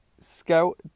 Scout